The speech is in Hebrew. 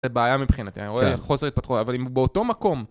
זה בעיה מבחינתי, אני רואה חוסר התפתחות, אבל אם הוא באותו מקום...